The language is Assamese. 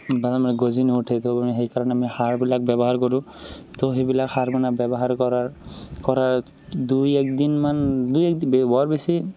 ভালদৰে মানে গজি নুঠে তো সেইকাৰণে আমি সাৰবিলাক ব্যৱহাৰ কৰোঁ তো সেইবিলাক সাৰ মানে ব্যৱহাৰ কৰাৰ কৰাত দুই একদিন মান দুই একদিন মান বৰ বেছি